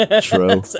True